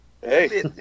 Hey